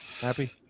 Happy